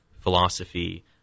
philosophy